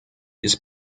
ist